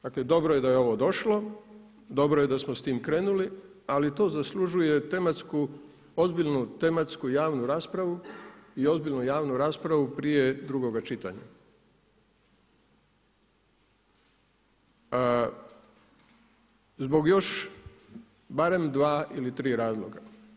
Dakle, dobro je da je ovo došlo, dobro je da smo s tim krenuli ali to zaslužuje ozbiljnu tematsku javnu raspravu i ozbiljnu javnu raspravu prije drugoga čitanja zbog još barem dva ili tri razloga.